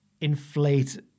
inflate